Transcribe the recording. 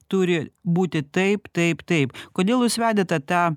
turi būti taip taip taip kodėl jūs vedėte tą